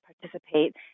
participate